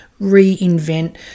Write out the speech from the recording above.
reinvent